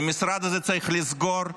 את המשרד הזה צריך לסגור,